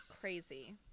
Crazy